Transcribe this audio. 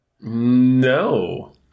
No